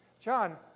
John